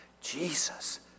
Jesus